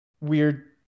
weird